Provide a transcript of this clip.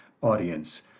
audience